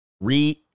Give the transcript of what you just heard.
read